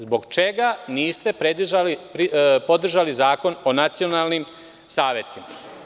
Zbog čega niste podržali Zakon o nacionalnim savetima?